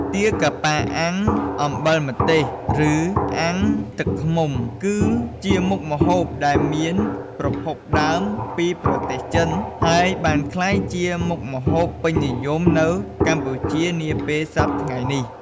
ទាកាប៉ាអាំងអំបិលម្ទេស ឬ អាំងទឹកឃ្មុំគឺជាមុខម្ហូបដែលមានប្រភពដើមមកពីប្រទេសចិន ហើយបានក្លាយជាមុខម្ហូបពេញនិយមនៅកម្ពុជានាពេលសព្វថ្ងៃនេះ។